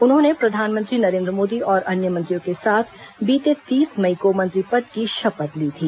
उन्होंने प्रधानमंत्री नरेन्द्र मोदी और अन्य मंत्रियों के साथ बीते तीस मई को मंत्री पद की शपथ ली थी